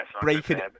breaking